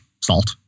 salt